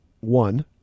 one